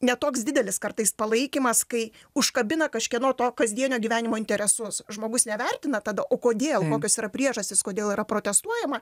ne toks didelis kartais palaikymas kai užkabina kažkieno to kasdienio gyvenimo interesus žmogus nevertina tada o kodėl kokios yra priežastys kodėl yra protestuojama